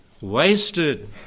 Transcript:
Wasted